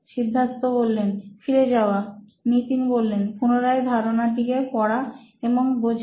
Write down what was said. সিদ্ধার্থ ফিরে যাওয়া নিতিন পুনরায় ধারণাটিকে পড়া এবং বোঝা